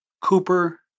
Cooper